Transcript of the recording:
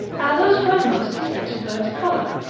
aloes by most is said to purge choler,